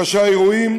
כאשר האירועים,